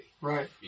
Right